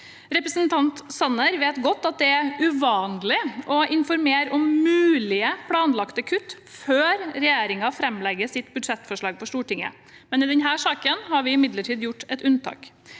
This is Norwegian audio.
Representanten Sanner vet godt at det er uvanlig å informere om mulige planlagte kutt før regjeringen framlegger sitt budsjettforslag for Stortinget. I denne saken har vi imidlertid gjort et unntak.